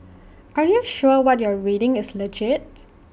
are you sure what you're reading is legit